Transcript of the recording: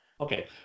Okay